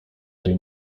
tej